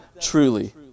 truly